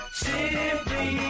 simply